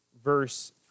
verse